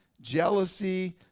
jealousy